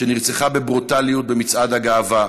שנרצחה בברוטליות במצעד הגאווה,